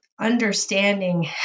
understanding